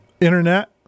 Internet